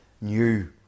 new